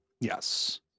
yes